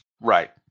right